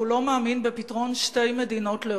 לא מאמין בפתרון של שתי מדינות לאום,